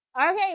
Okay